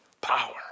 power